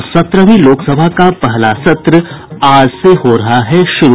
और सत्रहवीं लोकसभा का पहला सत्र आज से हो रहा है शुरू